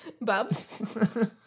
bubs